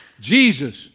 Jesus